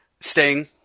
sting